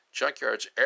Junkyards